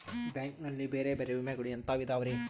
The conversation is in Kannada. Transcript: ಬ್ಯಾಂಕ್ ನಲ್ಲಿ ಬೇರೆ ಬೇರೆ ವಿಮೆಗಳು ಎಂತವ್ ಇದವ್ರಿ?